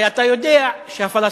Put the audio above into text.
הרי אתה יודע שהפלסטינים